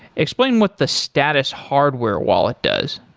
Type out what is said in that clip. explain what the status hardware wallet does.